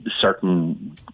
Certain